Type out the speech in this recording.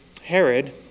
Herod